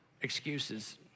Excuses